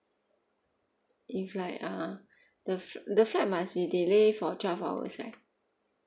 if like uh the fl~ the flight must be delay for twelve hours right